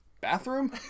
bathroom